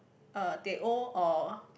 uh teh O or